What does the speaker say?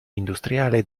industriale